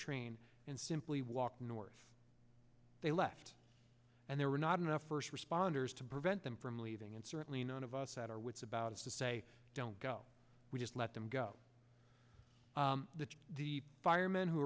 train and simply walked north they left and there were not enough first responders to prevent them from leaving and certainly none of us had our wits about us to say don't go we just let them go the firemen who